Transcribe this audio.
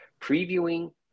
previewing